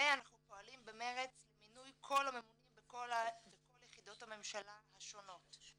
ואנחנו פועלים במרץ למינוי כל הממונים בכל יחידות הממשלה השונות.